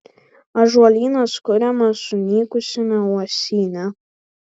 ąžuolynas kuriamas sunykusiame uosyne